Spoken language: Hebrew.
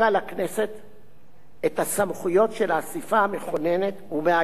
את הסמכויות של האספה המכוננת ומעגנת סמכותה לחוקק חוקה.